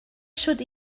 should